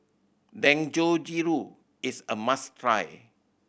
dangojiru is a must try